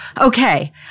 okay